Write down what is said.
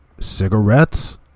Cigarettes